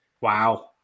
Wow